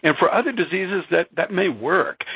and for other diseases, that that may work,